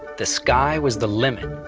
the sky was the limit.